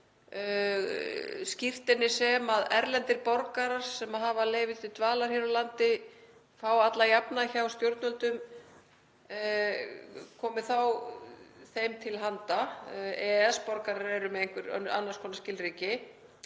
skírteini sem erlendir borgarar, sem hafa leyfi til dvalar hér á landi, fá alla jafna hjá stjórnvöldum komi þá þeim til handa. EES-borgarar eru með einhver annars konar skilríki